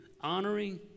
honoring